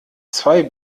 zwei